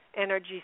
energy